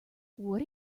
what